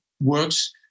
works